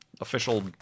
official